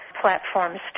platforms